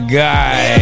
guy